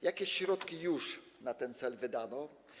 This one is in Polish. Jakie środki już na ten cel wydano?